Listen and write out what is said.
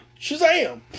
Shazam